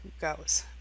goes